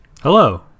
Hello